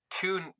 two